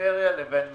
פריפריה לבין מרכז.